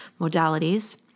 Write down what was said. modalities